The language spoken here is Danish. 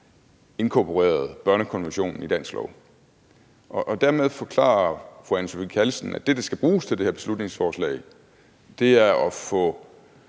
inkorporeret børnekonventionen i dansk lov. Dermed forklarer fru Anne Sophie Callesen, at det, det her beslutningsforslag skal